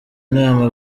nama